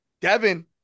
Devin